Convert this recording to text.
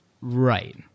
Right